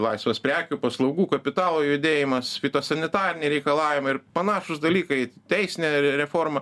laisvas prekių paslaugų kapitalo judėjimas fitosanitariniai reikalavimai ir panašūs dalykai teisinė reforma